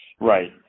Right